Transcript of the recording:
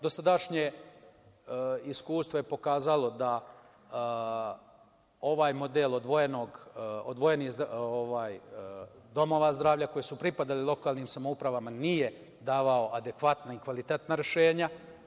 Dosadašnje iskustvo je pokazalo da ovaj model odvojenih domova zdravlja, koji su pripadali lokalnim samoupravama, nije davao adekvatna i kvalitetna rešenja.